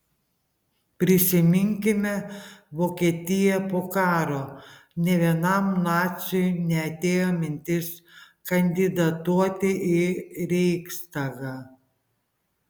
prisiminkime vokietiją po karo nė vienam naciui neatėjo mintis kandidatuoti į reichstagą